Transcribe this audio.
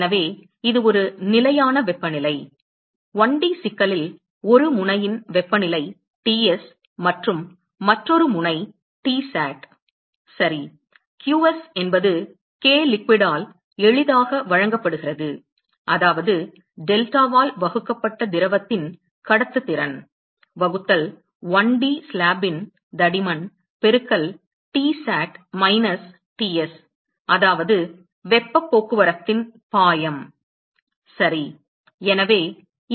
எனவே இது ஒரு நிலையான வெப்பநிலை 1D சிக்கலின் ஒரு முனையின் வெப்பநிலை Ts மற்றும் மற்றொரு முனை Tsat சரி qs என்பது k liquid ஆல் எளிதாக வழங்கப்படுகிறது அதாவது டெல்டாவால் வகுக்கப்பட்ட திரவத்தின் கடத்துத்திறன் வகுத்தல் 1D ஸ்லாப்பின் தடிமன் பெருக்கல் Tsat மைனஸ் Ts அதாவது வெப்பப் போக்குவரத்தின் பாயம் ஃப்ளக்ஸ் சரி